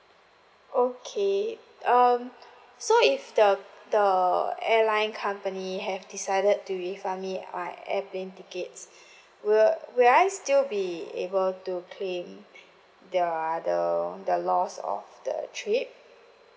okay um so if the the airline company have decided to refund me my airplane tickets will will I still be able to claim the uh the the loss of the trip